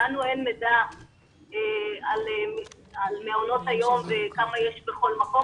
לנו אין מידע על מעונות היום וכמה יש בכל מקום,